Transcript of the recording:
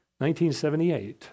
1978